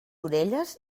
orelles